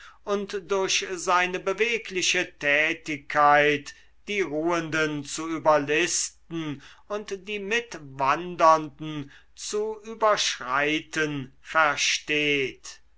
durch seine bewegliche tätigkeit die ruhenden zu überlisten und die mitwandern den zu überschreiten versteht